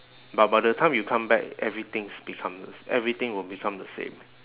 but by the time you come back everything's become the s~ everything will become the same